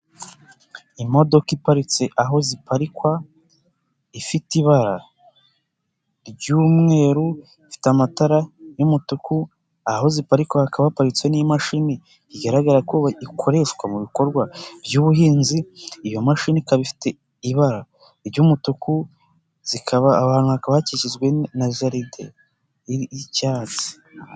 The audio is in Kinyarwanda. Imodoka iparitse aho ziparikwa, ifite ibara ry'umweru, ifite amatara y'umutuku, aho ziparikwa hakaba haparitse n'imashini bigaragara ko ikoreshwa mu bikorwa by'ubuhinzi, iyo mashini ikaba ifite ibara ry'umutuku, zikaba aho hantu hakaba hakikijwe na jaride y'icyatsi.